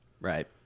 Right